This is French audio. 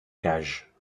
cage